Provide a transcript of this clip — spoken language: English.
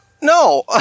No